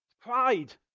Pride